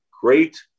Great